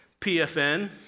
PFN